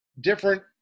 different